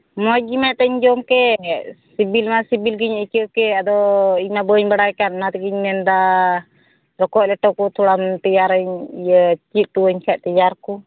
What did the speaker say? ᱢᱚᱡᱽ ᱜᱮᱢᱟ ᱮᱱᱛᱮᱫ ᱤᱧ ᱡᱚᱢ ᱠᱮᱫ ᱥᱤᱵᱤᱞ ᱢᱟ ᱥᱤᱵᱤᱞ ᱜᱤᱧ ᱟᱹᱭᱠᱟᱹᱣ ᱠᱮᱫ ᱟᱫᱚ ᱤᱧ ᱢᱟ ᱵᱟᱹᱧ ᱵᱟᱲᱟᱭ ᱠᱟᱱ ᱟᱫᱚ ᱚᱱᱟ ᱛᱮᱜᱤᱧ ᱢᱮᱱ ᱮᱫᱟ ᱨᱚᱠᱚᱡ ᱞᱮᱴᱚ ᱠᱚ ᱛᱷᱚᱲᱟᱢ ᱛᱮᱭᱟᱨᱟᱹᱧ ᱤᱭᱟᱹ ᱪᱮᱫ ᱦᱚᱴᱚᱣᱟᱹᱧ ᱠᱷᱟᱱ ᱛᱮᱭᱟᱨ ᱠᱚ